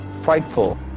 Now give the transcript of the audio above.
frightful